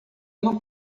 não